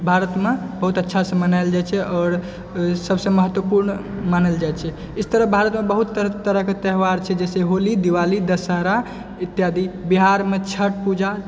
भारत मे बहुत अच्छा से मनाओल जाइ छै आओर सबसे महत्वपूर्ण मानल जाइ छै इस तरह भारत मे बहुत तरह तरह के त्यौहार छै जैसे होली दिवाली दशहरा इत्यादि बिहार मे छठि पूजा